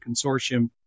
Consortium